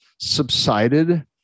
subsided